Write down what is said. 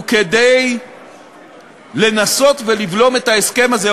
וכדי לנסות לבלום את ההסכם הזה,